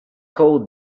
cold